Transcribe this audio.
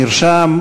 נרשם,